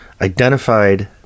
identified